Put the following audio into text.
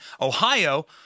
Ohio